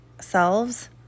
selves